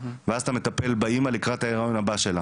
ואז אתה מטפל באמא לקראת ההיריון הבא שלה.